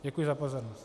Děkuji za pozornost.